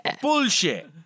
Bullshit